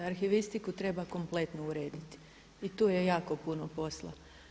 Arhivistiku treba kompletno urediti i tu je jako puno posla.